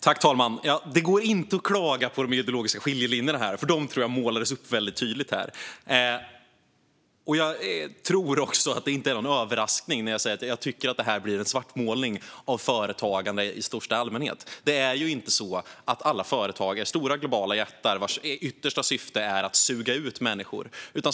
Herr talman! Det går inte att klaga på de ideologiska skiljelinjerna. De målades upp tydligt. Det är inte en överraskning att detta är en svartmålning av företagande i största allmänhet. Alla företag är inte stora globala jättar vars yttersta syfte är att suga ut människor.